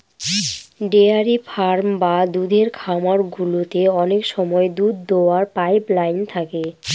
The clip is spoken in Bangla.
ডেয়ারি ফার্ম বা দুধের খামার গুলোতে অনেক সময় দুধ দোওয়ার পাইপ লাইন থাকে